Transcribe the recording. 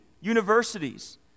universities